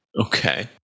Okay